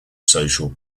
social